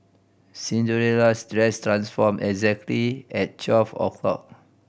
Cinderella's dress transformed exactly at twelve o'clock